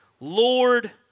Lord